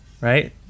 right